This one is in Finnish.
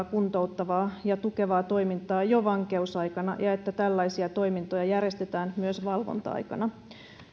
kuntouttavaa ja tukevaa toimintaa jo vankeusaikana ja että tällaisia toimintoja järjestetään myös valvonta aikana